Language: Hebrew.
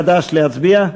חד"ש, להצביע?